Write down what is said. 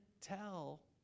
tell